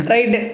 Right